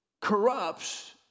corrupts